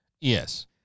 yes